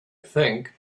think